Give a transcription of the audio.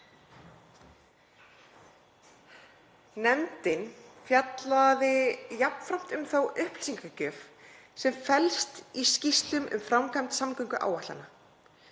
Nefndin fjallaði jafnframt um þá upplýsingagjöf sem felst í skýrslum um framkvæmd samgönguáætlana.